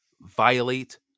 violate